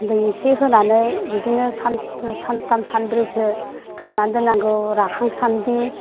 दै इसे होनानै बिदिनो सान्थाम सानब्रैसो खानानै दोननांगौ राखांसान्दि